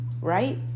right